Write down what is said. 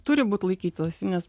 turi būt laikytasi nes